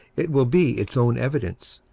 it will be its own evidence.